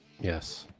Yes